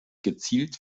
gezielt